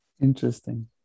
interesting